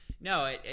No